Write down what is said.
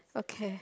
okay